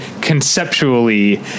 conceptually